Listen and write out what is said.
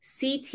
CT